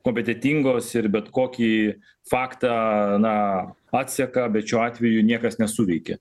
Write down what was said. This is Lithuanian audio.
kompetentingos ir bet kokį faktą na atseka bet šiuo atveju niekas nesuveikė